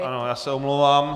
Ano, já se omlouvám.